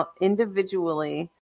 individually